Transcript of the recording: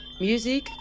Music